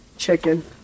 Chicken